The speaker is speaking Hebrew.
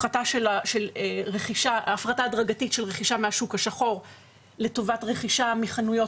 הפחתה הדרגתית של רכישה מהשוק השחור לטובת רכישה מחנויות